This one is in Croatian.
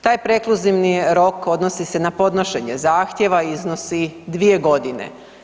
Taj prekluzivni rok odnosi se na podnošenje zahtjeva i iznosi 2 godine.